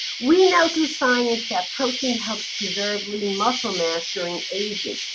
we know through science that protein helps preserve lean muscle mass during aging,